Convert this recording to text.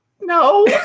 No